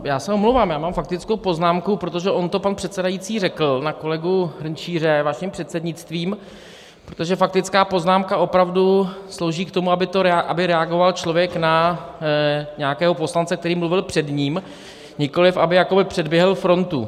Já se omlouvám, já mám faktickou poznámku, protože on to pan předsedající řekl, na kolegu Hrnčíře, vaším prostřednictvím, protože faktická poznámka opravdu slouží k tomu, aby reagoval člověk na nějakého poslance, který mluvil před ním, nikoliv aby jakoby předběhl frontu.